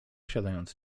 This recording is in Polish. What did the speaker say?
siadając